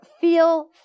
feel